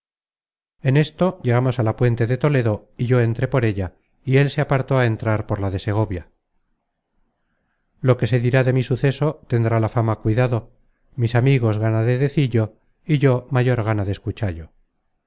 en esto llegamos a la puente de toledo y yo entré por ella y él se apartó á entrar por la de segovia lo que se dirá de mi suceso tendrá la fama cuidado mis amigos gana de decillo y yo mayor gana de escuchallo